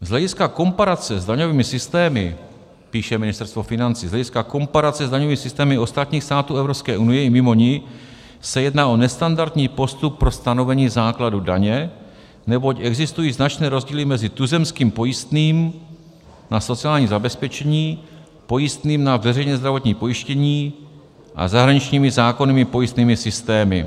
Z hlediska komparace s daňovými systémy píše Ministerstvo financí z hlediska komparace s daňovými systémy ostatních států Evropské unie i mimo ni se jedná o nestandardní postup pro stanovení základu daně, neboť existují značné rozdíly mezi tuzemským pojistným na sociální zabezpečení, pojistným na veřejné zdravotní pojištění a zahraničními zákonnými pojistnými systémy.